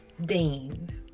Dean